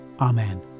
Amen